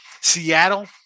Seattle